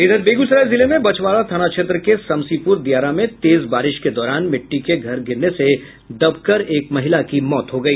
इधर बेगूसराय जिले में बछवारा थाना क्षेत्र के समसीपुर दियारा में तेज बारिश के दौरान मिट्टी के घर गिरने से दब कर एक महिला की मौत हो गई